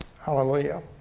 Hallelujah